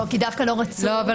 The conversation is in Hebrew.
כי לא רצו ש --- התיקים שהיו.